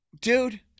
dude